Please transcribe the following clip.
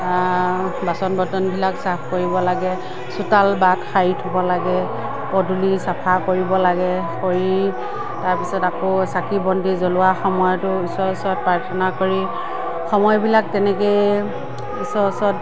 বাচন বৰ্তনবিলাক চাফ কৰিব লাগে চোতাল বাট সাৰি থব লাগে পদূলি চাফা কৰিব লাগে কৰি তাৰপিছত আকৌ চাকি বন্তি জ্ৱলোৱাৰ সময়তো ঈশ্বৰৰ ওচৰত প্ৰাৰ্থনা কৰি সময়বিলাক তেনেকৈয়ে ঈশ্বৰৰ ওচৰত